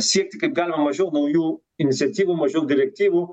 siekti kaip galima mažiau naujų iniciatyvų mažiau direktyvų